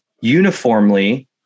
uniformly